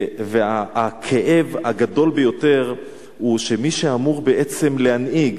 והכאב הגדול ביותר הוא שמי שאמור בעצם להנהיג,